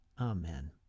Amen